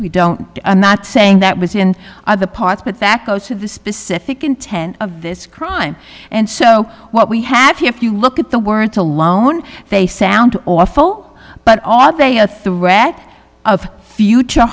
we don't i'm not saying that was the end of the parts but that goes to the specific intent of this crime and so what we have here if you look at the weren't alone they sound awful but all of a a threat of future